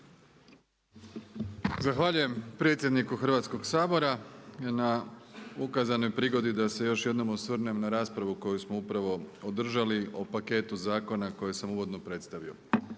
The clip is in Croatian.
Zahvaljujem predsjedniku Hrvatskog sabora na ukazanoj prigodi da se još jednom osvrnem na raspravu koju smo upravo održali o paketu zakona koje sam uvodno predstavio.